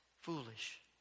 foolish